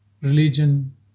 religion